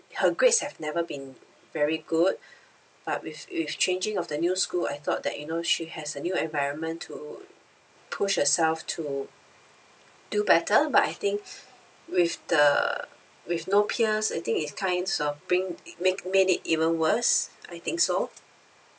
her grades have never been very good but with if changing of the new school I thought that you know she has a new environment to push herself to do better but I think with the with no peers I think it's kinds of bring make made it even worse I think so